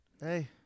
Hey